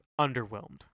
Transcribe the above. underwhelmed